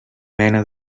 mena